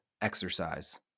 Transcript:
exercise